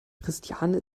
christiane